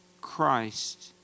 Christ